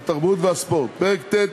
התרבות והספורט: פרק ט',